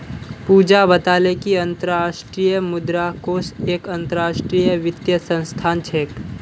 पूजा बताले कि अंतर्राष्ट्रीय मुद्रा कोष एक अंतरराष्ट्रीय वित्तीय संस्थान छे